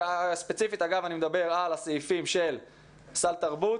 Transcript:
ספציפית, אגב, אני מדבר על הסעיפים של סל תרבות,